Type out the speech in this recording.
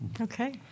Okay